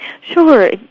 Sure